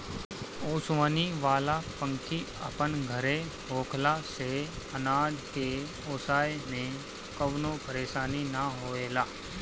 ओसवनी वाला पंखी अपन घरे होखला से अनाज के ओसाए में कवनो परेशानी ना होएला